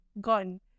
Gone